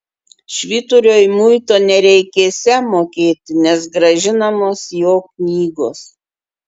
švyturiui muito nereikėsią mokėti nes grąžinamos jo knygos